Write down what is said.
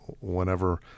whenever